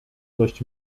dość